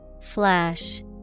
Flash